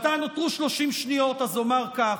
ועתה נותרו 30 שניות, אז אומר כך: